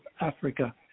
Africa